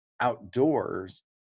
outdoors